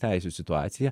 teisių situaciją